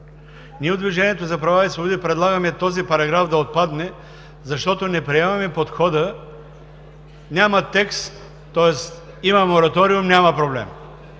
Ние от Движението за права и свободи предлагаме този параграф да отпадне, защото не приемаме подхода „има мораториум – няма проблем“.